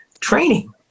training